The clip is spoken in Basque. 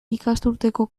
ikasturteko